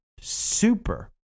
super